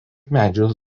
medžių